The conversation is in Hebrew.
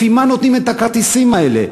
לפי מה נותנים את הכרטיסים האלה?